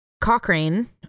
Cochrane